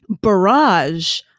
barrage